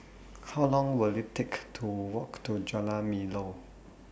How Long Will IT Take to Walk to Jalan Melor